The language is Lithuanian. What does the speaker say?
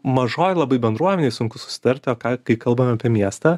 mažoj labai bendruomenėj sunku susitarti o ką kai kalbam apie miestą